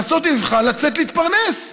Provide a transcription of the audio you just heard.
לעשות מבחן ולצאת להתפרנס,